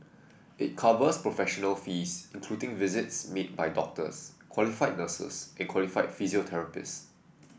it covers professional fees including visits made by doctors qualified nurses and qualified physiotherapists